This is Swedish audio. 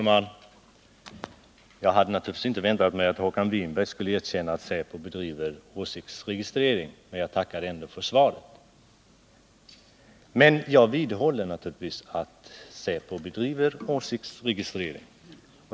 Herr talman! Jag hade inte väntat mig att Håkan Winberg skulle erkänna att säpo bedriver åsiktsregistrering. Men tack ändå för svaret! Trots det vidhåller jag att säpo bedriver åsiktsregistrering.